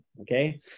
okay